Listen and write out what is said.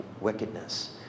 wickedness